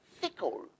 fickle